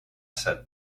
said